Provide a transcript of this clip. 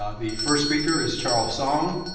ah the first speaker is charles song.